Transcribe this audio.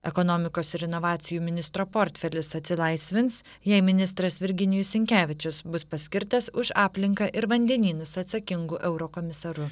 ekonomikos ir inovacijų ministro portfelis atsilaisvins jei ministras virginijus sinkevičius bus paskirtas už aplinką ir vandenynus atsakingu eurokomisaru